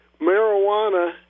marijuana